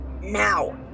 now